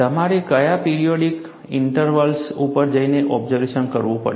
તમારે કયા periodic intervals ઉપર જઈને ઓબ્ઝર્વેશન કરવું પડશે